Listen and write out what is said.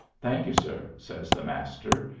thank you, sir, says the master,